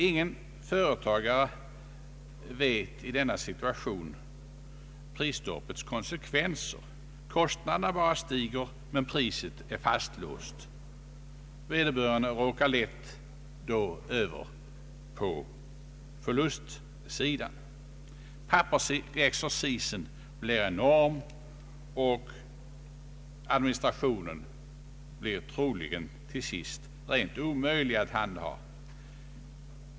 Ingen företagare vet i denna situation prisstoppets konsekvenser. Kostnaderna bara stiger men priset är fastlåst. Vederbörande råkar då lätt över på förlustsidan. Pappersexercisen blir enorm, och administrationen blir troligen till sist omöjlig att handha.